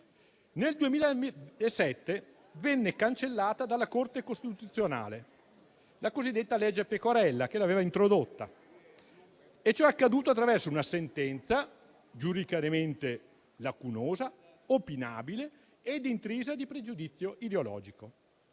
Nel 2007 venne cancellata dalla Corte costituzionale la cosiddetta legge Pecorella, che l'aveva introdotta, e ciò è accaduto attraverso una sentenza giuridicamente lacunosa, opinabile ed intrisa di pregiudizio ideologico.